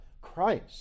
Christ